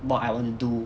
what I want to do